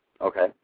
Okay